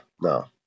No